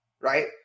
right